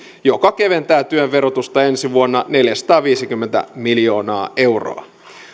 joka keventää työn verotusta ensi vuonna neljäsataaviisikymmentä miljoonaa euroa